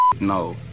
No